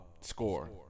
score